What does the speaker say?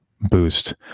boost